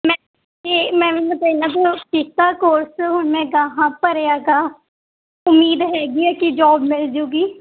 ਮੈਂ ਅਤੇ ਮੈਂ ਹੁਣ ਕੀਤਾ ਕੋਰਸ ਹੁਣ ਮੈਂ ਅਗਾਂਹ ਭਰਿਆ ਗਾ ਉਮੀਦ ਹੈਗੀ ਆ ਕਿ ਜੋਬ ਮਿਲ ਜੂਗੀ